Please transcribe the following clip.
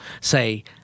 say